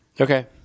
Okay